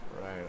Right